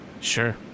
sure